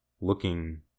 looking